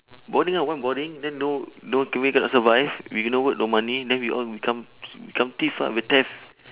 boring ah want boring then no no can we not survive we no work no money then we all become become thief ah b~ theft